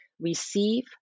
receive